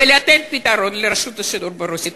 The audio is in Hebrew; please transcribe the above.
ולתת פתרון לרשות השידור ברוסית.